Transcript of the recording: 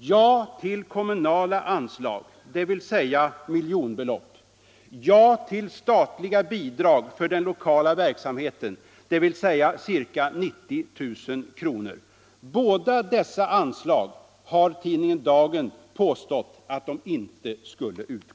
Ja till kommunala anslag, dvs. miljonbelopp. Ja till statliga bidrag för den lokala verksamheten, dvs. ca 90 000 kr. Tidningen Dagen har påstått att inget av dessa anslag skulle utgå.